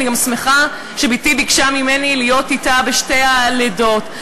ואני גם שמחה שבתי ביקשה ממני להיות אתה בשתי הלידות.